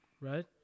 Right